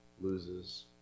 loses